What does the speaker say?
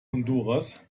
honduras